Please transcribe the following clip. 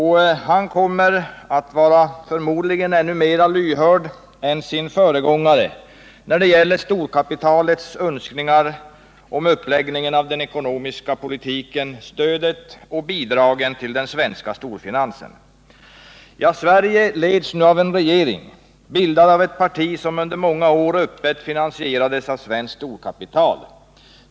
Han kommer förmodligen att vara ännu mer lyhörd än sin föregångare för storkapitalets önskningar när det gäller uppläggningen av den ekonomiska politiken, stödet och bidragen till den svenska storfinansen. Sverige leds nu av en regering som är bildad av ett parti som under många år öppet finansierades av svenskt storkapital.